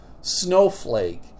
snowflake